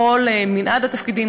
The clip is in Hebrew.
בכל מנעד התפקידים,